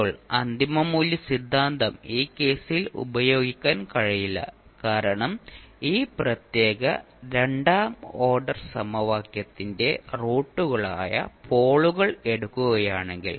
ഇപ്പോൾ അന്തിമ മൂല്യ സിദ്ധാന്തം ഈ കേസിൽ ഉപയോഗിക്കാൻ കഴിയില്ല കാരണം ഈ പ്രത്യേക രണ്ടാം ഓർഡർ സമവാക്യത്തിന്റെ റൂട്ടുകളായ പോളുകൾ എടുക്കുകയാണെങ്കിൽ